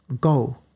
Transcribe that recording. go